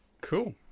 Cool